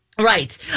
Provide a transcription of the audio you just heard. Right